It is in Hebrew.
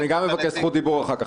אני גם אבקש זכות דיבור אחר כך.